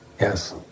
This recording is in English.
Yes